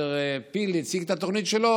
כאשר פיל הציג את התוכנית שלו,